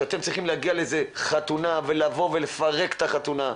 שאתם צריכים להגיע לאיזו חתונה ולבוא ולפרק את החתונה.